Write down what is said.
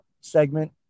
segment